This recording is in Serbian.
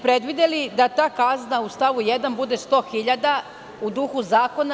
Predvideli ste da ta kazna u stavu 1. bude 100 hiljada u duhu zakona.